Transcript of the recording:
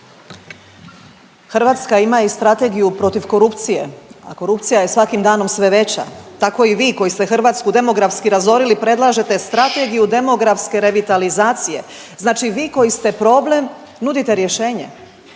Hrvatska ima i strategiju protiv korupcije, a korupcija je svakim danom sve veća tako i vi koji ste Hrvatsku demografski razorili predlažete Strategiju demografske revitalizacije. Znači vi koji ste problem nudite rješenje.